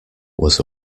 was